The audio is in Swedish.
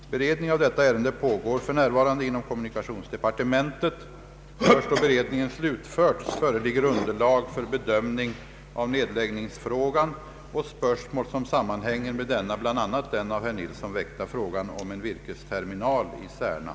Beredning av detta ärende pågår för närvarande inom kommunikationsdepartementet. Först då beredningen slutförts föreligger underlag för bedömning av nedläggningsfrågan och spörsmål som sammanhänger med denna, bl.a. den av herr Nilsson väckta frågan om en virkesterminal i Särna.